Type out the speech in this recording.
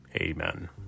Amen